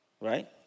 Right